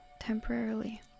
temporarily